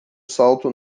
salto